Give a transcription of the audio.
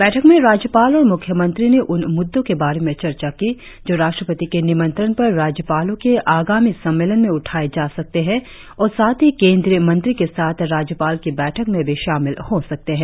बैठक में राज्यपाल और मुख्यमंत्री ने उन मुद्दों के बारे में चर्चा की जो राष्ट्रपति के निमंत्रण पर राज्यपालों के आगामी सम्मेलन मे उठाए जा सकते है और साथ ही केंद्रीय मंत्री के साथ राज्यपाल की बैठक में भी शामिल हो सकते है